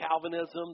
Calvinism